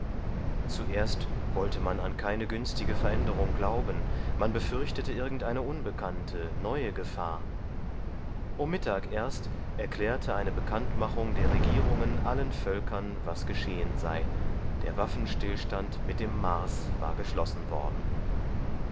zuerst wollte man an keine günstige veränderung glauben man befürchtete irgendeine unbekannte neue gefahr um mittag erst erklärte eine bekanntmachung der regierungen allen völkern was geschehen sei der waffenstillstand mit dem mars war geschlossen worden